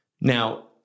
Now